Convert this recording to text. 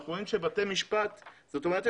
זאת אומרת,